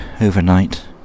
overnight